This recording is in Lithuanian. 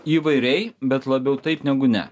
įvairiai bet labiau taip negu ne